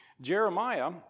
Jeremiah